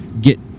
get